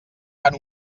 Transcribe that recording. fan